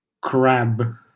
Crab